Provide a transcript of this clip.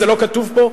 זה לא כתוב פה,